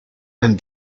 and